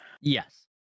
yes